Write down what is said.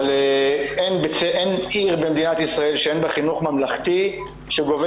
אבל אין עיר במדינת ישראל שאין בה חינוך ממלכתי שגובה